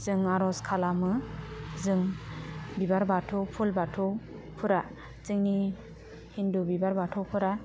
जों आरज खालामो जों बिबार बाथौ फुल बाथौफोरा जोंनि हिन्दु बिबार बाथौफोरा